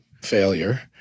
failure